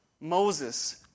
Moses